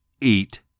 eat